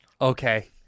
okay